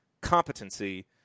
competency